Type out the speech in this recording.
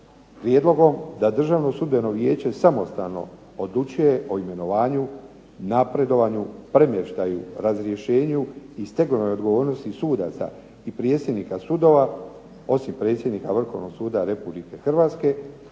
Prijedlogom da Državno sudbeno vijeće samostalno odlučuje o imenovanju, napredovanju, premještaju, razrješenju i stegovnoj odgovornosti sudaca i predsjednika sudova osim predsjednika Vrhovnog suda Republike Hrvatske